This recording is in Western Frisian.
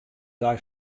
dei